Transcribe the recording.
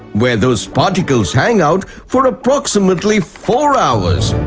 where those particles hang out for approximately four hours.